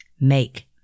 make